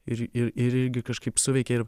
ir ir ir irgi kažkaip suveikė ir